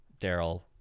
Daryl